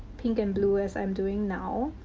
pink and blue, as i'm doing now,